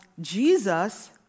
Jesus